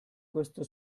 questo